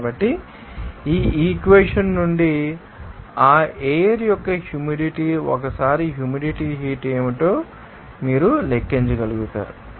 కాబట్టి ఈ ఈక్వెషన్ నుండి ఆ ఎయిర్ యొక్క హ్యూమిడిటీ ఒకసారి హ్యూమిడిటీ హీట్ ఏమిటో మీరు లెక్కించగలుగుతారు